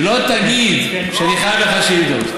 שלא תגיד שאני חייב לך שאילתות.